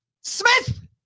Smith